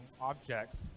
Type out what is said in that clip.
objects